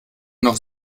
noch